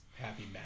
Happy